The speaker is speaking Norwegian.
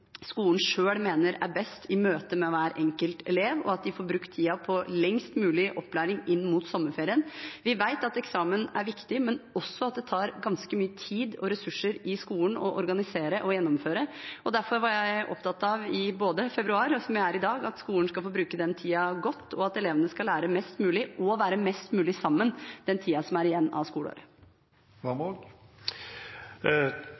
skolen selv mener er best i møte med hver enkelt elev, og at de får brukt tiden på lengst mulig opplæring inn mot sommerferien. Vi vet at eksamen er viktig, men også at det tar ganske mye tid og ressurser i skolen å organisere og gjennomføre. Derfor var jeg opptatt både i februar og i dag av at skolen skal få bruke den tiden godt, og at elevene skal lære mest mulig og være mest mulig sammen den tiden som er igjen av skoleåret.